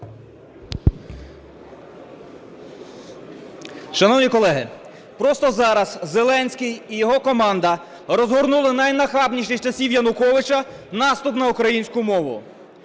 Шановні колеги, просто зараз Зеленський і його команда розгорнули найнахабніший з часів Януковича наступ на українську мову.